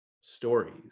stories